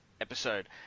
episode